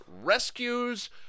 rescues